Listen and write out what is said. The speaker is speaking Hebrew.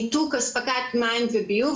ניתוק הספקת מים וביוב,